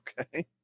Okay